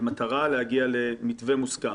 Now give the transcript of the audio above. במטרה להגיע למתווה מוסכם.